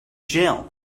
jail